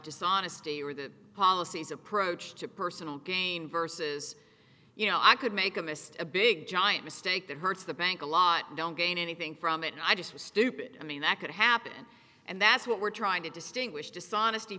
dishonesty or the policies approach to personal gain versus you know i could make a mist of a big giant mistake that hurts the bank a lot don't gain anything from it and i just was stupid i mean that could happen and that's what we're trying to distinguish dishonesty